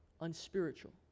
unspiritual